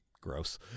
Gross